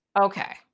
Okay